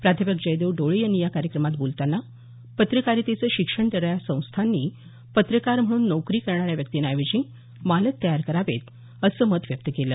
प्राध्यापक जयदेव डोळे यांनी या कार्यक्रमात बोलताना पत्रकारितेचं शिक्षण देणाऱ्या संस्थांनी पत्रकार म्हणून नोकरी करणाऱ्या व्यक्तींऐवजी मालक तयार करावेत असं मत व्यक्त केलं